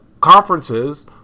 conferences